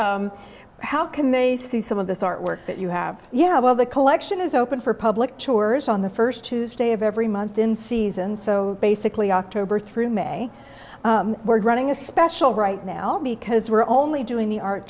how can they see some of this artwork that you have you have all the collection is open for public tours on the first tuesday of every month in season so basically october through may were running a special right now because we're only doing the art